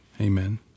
amen